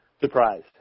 surprised